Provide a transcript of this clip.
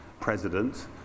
president